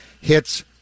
hits